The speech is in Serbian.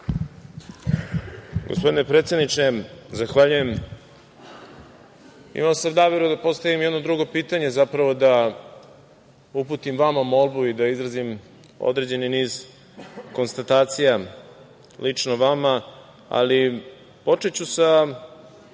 Gospodine predsedniče, zahvaljujem. Imao sam nameru da postavim drugo pitanje, zapravo da uputim vama molbu i da izrazim određeni niz konstatacija lično vama, ali počeću sa